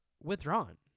withdrawn